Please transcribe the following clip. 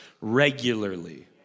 regularly